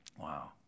Wow